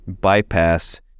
bypass